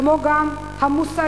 כמו גם המוסרי,